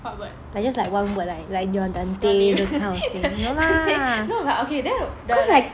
just like one word like like your dante those kind of thing no lah cause like